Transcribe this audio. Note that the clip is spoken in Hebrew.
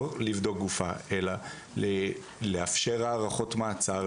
לא לבדוק גופה אלא לאפשר הארכות מעצר,